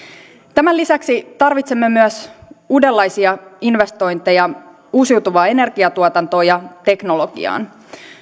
tämän lisäksi tarvitsemme myös uudenlaisia investointeja uusiutuvaan energiatuotantoon ja teknologiaan